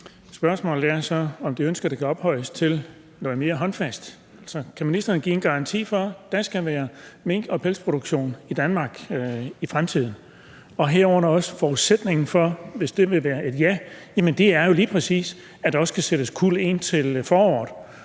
spørgsmålet er så, om det ønske kan ophøjes til noget mere håndfast. Altså, kan ministeren give en garanti for, at der skal være mink- og pelsproduktion i Danmark i fremtiden? Og hvis svaret vil være et ja, er forudsætningen for det jo lige præcis, at der også kan sættes kuld ind til foråret.